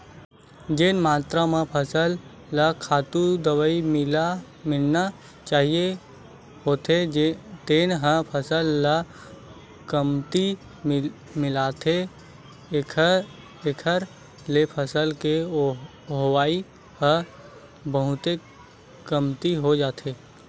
जेन मातरा म फसल ल खातू, दवई मिलना चाही होथे तेन ह फसल ल कमती मिलथे एखर ले फसल के होवई ह बहुते कमती हो जाथे